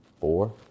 four